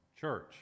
church